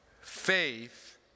Faith